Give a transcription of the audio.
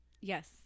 Yes